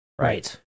right